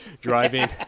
driving